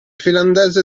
finlandese